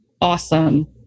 Awesome